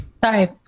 sorry